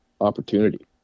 opportunity